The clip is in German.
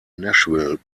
nashville